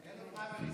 אין לו פריימריז,